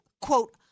quote—